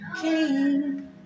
King